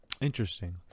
Interesting